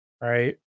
right